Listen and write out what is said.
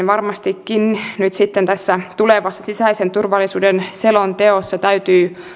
varmastikin nyt sitten tässä tulevassa sisäisen turvallisuuden selonteossa täytyy